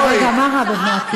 מה רע ב"בני עקיבא"?